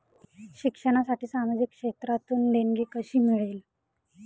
शिक्षणासाठी सामाजिक क्षेत्रातून देणगी कशी मिळेल?